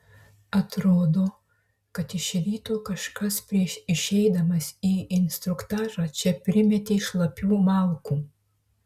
atrodo kad iš ryto kažkas prieš išeidamas į instruktažą čia primetė šlapių malkų